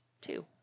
two